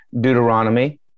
Deuteronomy